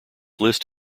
list